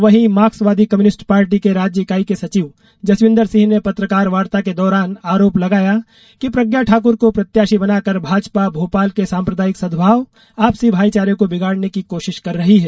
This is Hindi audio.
वहीं मार्क्सवादी कम्युनिस्ट पार्टी के राज्य इकाई के सचिव जसविन्दर सिंह ने पत्रकार वार्ता के दौरान आरोप लगाया कि प्रज्ञा ठाकुर को प्रत्याशी बनाकर भाजपा भोपाल के सांप्रदायिक सद्भाव आपसी भाई चारे को बिगाड़ने की कोशिश कर रही है